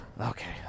Okay